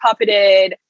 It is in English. puppeted